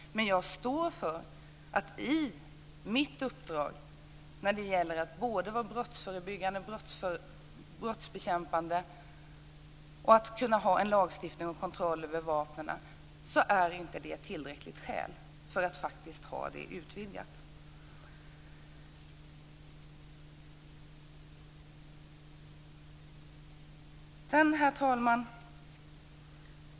Men mitt uppdrag är att vara brottsbekämpande, och samtidigt måste vi ha en lagstiftning som ger kontroll över vapnen. Då är inte detta ett tillräckligt skäl för att utvidga. Herr talman!